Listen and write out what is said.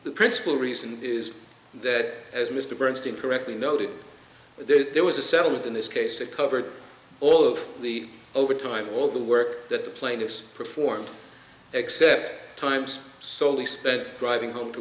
the principal reason is that as mr bernstein correctly noted there was a settlement in this case that covered all of the overtime all the work that the plaintiffs performed except times soley spent driving home to